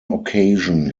occasion